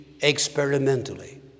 experimentally